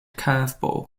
curveball